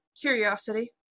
curiosity